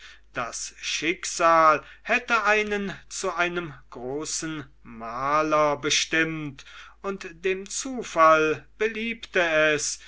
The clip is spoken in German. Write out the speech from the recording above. das schicksal hätte einen zu einem großen maler bestimmt und dem zufall beliebte es